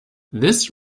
this